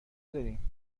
داریم